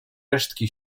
resztki